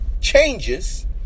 changes